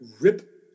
rip